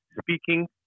speaking